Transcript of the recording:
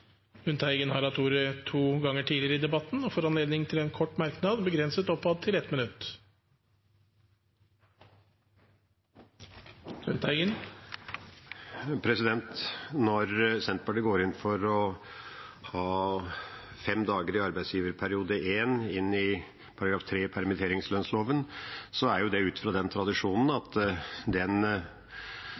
har hatt ordet to ganger tidligere og får ordet til en kort merknad, begrenset til 1 minutt. Når Senterpartiet går inn for å ha fem dager i arbeidsgiverperiode I inn i § 3 i permitteringslønnsloven, er det ut fra tradisjonen for at